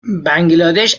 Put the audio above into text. بنگلادش